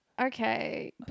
Okay